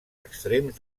extrems